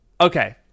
okay